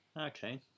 Okay